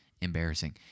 Embarrassing